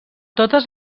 totes